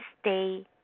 stay